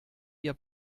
ihr